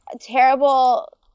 terrible